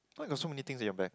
why got so many things in your bag